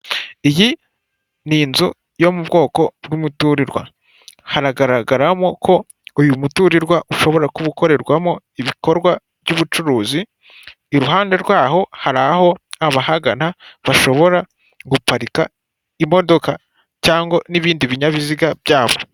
Iyi ni inzu yo mu bwoko bw'imiturirwa haragaragaramo ko uyu muturirwa ushobora kuba ukorerwamo ibikorwa by'ubucuruzi, iruhande rwaho hari aho abahagana bashobora guparika imodoka cyangwa n'ibindi binyabiziga byabo.